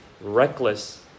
reckless